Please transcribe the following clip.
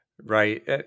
Right